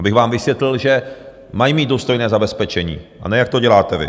Abych vám vysvětlil, že mají mít důstojné zabezpečení, a ne jak to děláte vy.